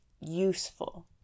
useful